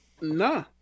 Nah